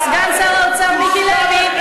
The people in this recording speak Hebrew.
סגן שר האוצר מיקי לוי,